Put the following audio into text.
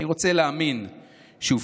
אני רוצה להאמין שהוא פספס: